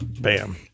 Bam